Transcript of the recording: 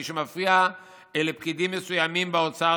מי שמפריע אלה פקידים מסוימים באוצר,